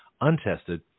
untested